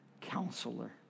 counselor